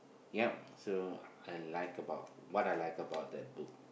yep so I like about what I like about that book